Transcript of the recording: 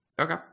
Okay